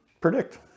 predict